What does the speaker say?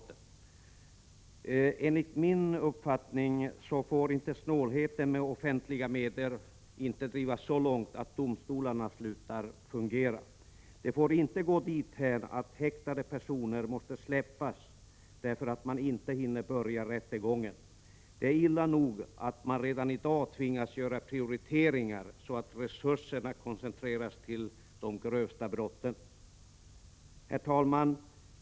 Enligt min uppfattning får snålheten med offentliga medel inte drivas så långt att domstolarna slutar fungera. Det får inte gå dithän att häktade personer måste släppas därför att man inte hinner börja rättegången. Det är illa nog att man redan i dag tvingas göra prioriteringar så att resurserna koncentreras till de grövsta brotten. Herr talman!